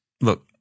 Look